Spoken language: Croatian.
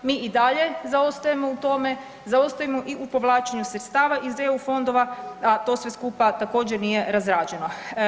Mi i dalje zaostajemo u tome, zaostajemo i u povlačenju sredstava iz EU fondova, a to sve skupa također, nije razrađeno.